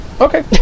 Okay